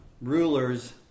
Rulers